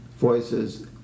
voices